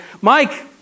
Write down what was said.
Mike